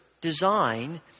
design